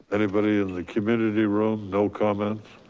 anybody in the community room? no comments?